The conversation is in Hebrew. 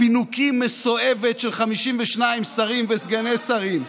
פינוקים מסואבת של 52 שרים וסגני שרים,